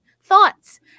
thoughts